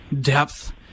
depth